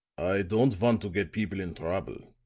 i don't want to get people in trouble,